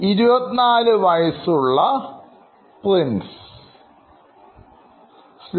Nithin 24 വയസ്സുള്ള Prince